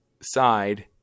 side